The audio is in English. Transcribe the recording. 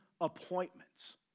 appointments